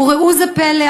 וראו זה פלא,